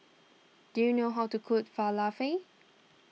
do you know how to cook Falafel